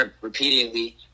repeatedly